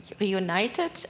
reunited